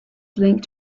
linked